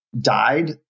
died